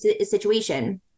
situation